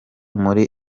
muri